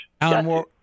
Alan